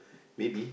maybe